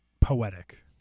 Poetic